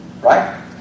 Right